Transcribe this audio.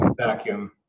vacuum